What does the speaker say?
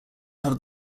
have